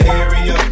area